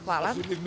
Hvala.